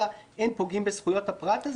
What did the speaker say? הוא "אין פוגעים בזכויות הפרט".